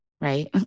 right